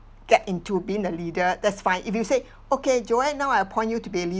get into being the leader that's fine if you say okay joanne now I appoint you to be a leader